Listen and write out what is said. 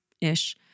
ish